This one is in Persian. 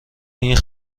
این